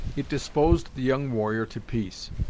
it disposed the young warrior to peace,